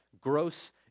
gross